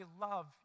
love